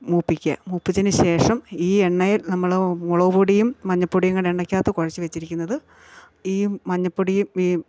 മൂപ്പിക്കുക മൂപ്പിച്ചതിന് ശേഷം ഈ എണ്ണയിൽ നമ്മൾ മുളക് പൊടിയും മഞ്ഞൾപൊടിയും കൂടെ എണ്ണക്കകത്ത് കുഴച്ച് വെച്ചിരിക്കുന്നത് ഈ മഞ്ഞൾപ്പൊടിയും ഈ